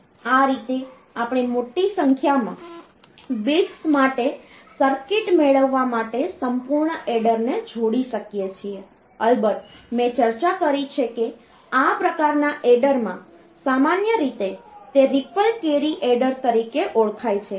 આ રીતે આપણે મોટી સંખ્યામાં બિટ્સ માટે ઍડર સર્કિટ મેળવવા માટે સંપૂર્ણ ઍડરને જોડી શકીએ છીએ અલબત્ત મેં ચર્ચા કરી છે કે આ પ્રકારના ઍડરમાં સામાન્ય રીતે તે રિપલ કૅરી ઍડર તરીકે ઓળખાય છે